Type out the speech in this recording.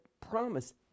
promise